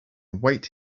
await